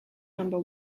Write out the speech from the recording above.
number